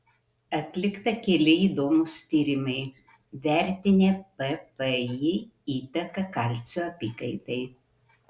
atlikta keli įdomūs tyrimai vertinę ppi įtaką kalcio apykaitai